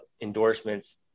endorsements